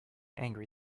angry